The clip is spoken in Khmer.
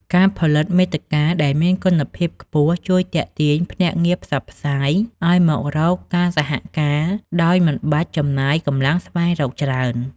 ការផលិតមាតិកាដែលមានគុណភាពខ្ពស់ជួយទាក់ទាញភ្នាក់ងារផ្សព្វផ្សាយ ឱ្យមករកការសហការដោយមិនបាច់ចំណាយកម្លាំងស្វែងរកច្រើន។